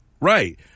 Right